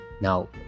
Now